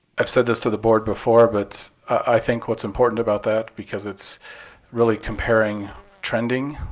i've said this to the board before, but i think what's important about that, because it's really comparing trending,